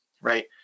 Right